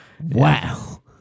Wow